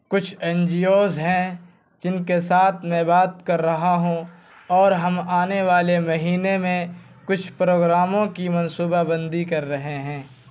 کچھ N G Os ہیں جن کے ساتھ میں بات کر رہا ہوں اور ہم آنے والے مہینے میں کچھ پروگراموں کی منصوبہ بندی کر رہے ہیں